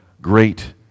great